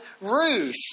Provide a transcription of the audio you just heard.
Ruth